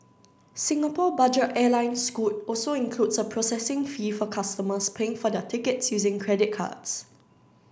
Singapore budget airline Scoot also includes a processing fee for customers paying for their tickets using credit cards